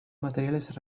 materiales